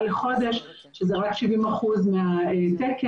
לחודש בפיקוח אלקטרוני שזה 70 אחוזים מהתקן.